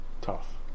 tough